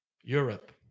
Europe